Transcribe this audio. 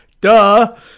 Duh